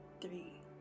three